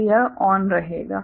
तो यह ON रहेगा